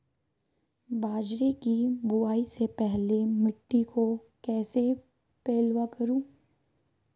बाजरे की बुआई से पहले मिट्टी को कैसे पलेवा करूं?